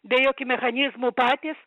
be jokių mechanizmų patys